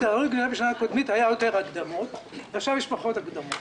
בהתנהלות רגילה בשנה קודמת היו יותר הקדמות ועכשיו יש פחות הקדמות.